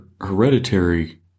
Hereditary